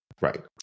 Right